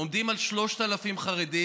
אנחנו עומדים על 3,000 חרדים,